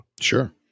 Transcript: Sure